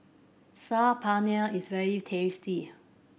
Saag Paneer is very tasty